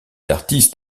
artistes